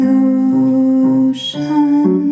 ocean